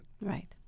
Right